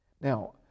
Now